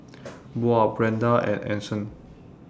Buel Brenda and Anson